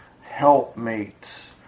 helpmates